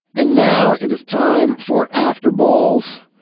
and now it is time for after balls.